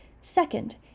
Second